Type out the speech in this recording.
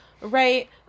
Right